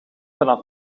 vanaf